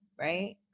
right